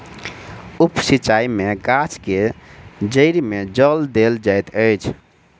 उप सिचाई में गाछ के जइड़ में जल देल जाइत अछि